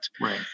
Right